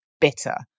bitter